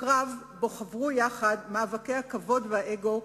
קרב שחברו בו יחדיו מאבקי הכבוד והאגו,